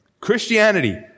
Christianity